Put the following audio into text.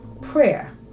prayer